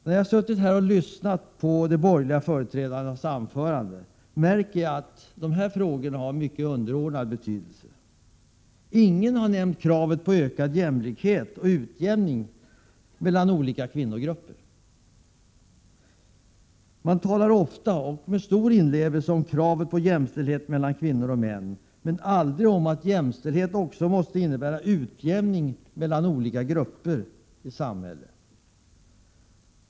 När jag suttit här och lyssnat på de borgerliga företrädarnas anföranden har jag märkt att dessa frågor har underordnad betydelse. Ingen har nämnt kraven på ökad jämlikhet och utjämning mellan olika kvinnogrupper. Man talar ofta — med stor inlevelse — om kravet på jämställdhet mellan kvinnor och män, men aldrig om att jämställdhet också måste innebära utjämning mellan olika grupper i samhället.